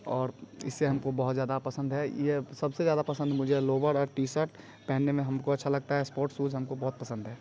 और इससे हमको बहुत ज़्यादा पसंद है यह सबसे ज़्यादा पसंद मुझे लोअर का टीसर्ट पहनने में हमको अच्छा लगता है स्पोर्ट्स सूज हमको बहुत पसंद है